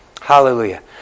Hallelujah